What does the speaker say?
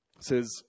says